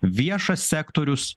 viešas sektorius